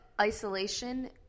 isolation